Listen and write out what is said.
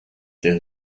der